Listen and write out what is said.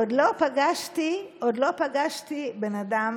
עוד לא פגשתי בן אדם